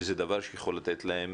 שזה דבר שיכול לתת להם